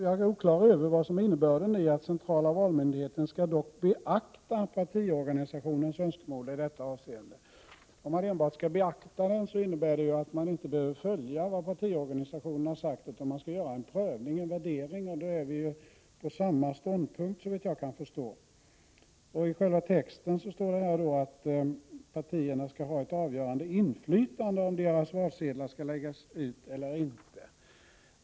Det är oklart för mig vad som är innebörden i meningen: ”Centrala valmyndigheten skall dock beakta partiorganisationens önskemål i detta avseende.” Om valmyndigheten enbart skall beakta önskemålet, innebär det att man inte behöver följa vad partiorganisationerna har sagt, utan man kan göra en värdering. Då har vi samma ståndpunkt, såvitt jag kan förstå. I själva texten står det att partierna skall ha ett avgörande inflytande över om deras valsedlar skall läggas ut eller inte.